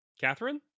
Catherine